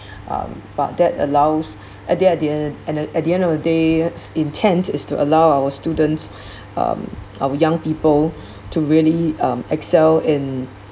um but that allows at the end at the end of the day intent is to allow our students um our young people to really um excel in